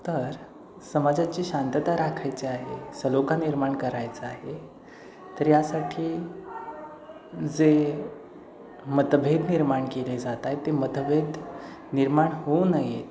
तर समाजाची शांतता राखायची आहे सलोखा निर्माण करायचा आहे तर यासाठी जे मतभेद निर्माण केले जात आहेत ते मतभेद निर्माण होऊ नये